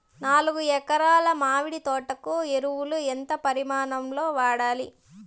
నాలుగు ఎకరా ల మామిడి తోట కు ఎరువులు ఎంత పరిమాణం లో ఉండాలి?